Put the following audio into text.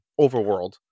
overworld